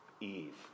Eve